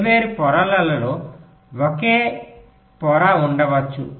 వేర్వేరు పొరలలో ఒకే పొర ఉండవచ్చు